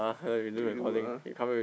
redo ah